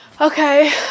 Okay